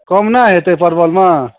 कम नहि हेतै परवलमे